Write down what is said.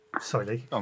Sorry